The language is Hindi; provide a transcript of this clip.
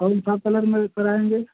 कौन सा कलर में कराएँगे